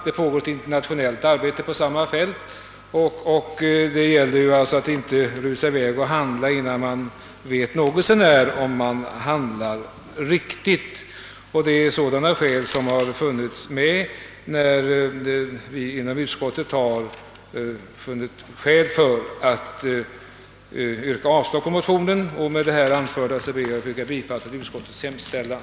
Det pågår ett internationellt arbete på fältet, och det gäller att inte rusa i väg och handla innan vi något så när vet om vi handlar rätt. Det är sådana skäl som legat bakom utskottets yrkande om avslag på motionerna, och jag hemställer om bifall till autskottets förslag.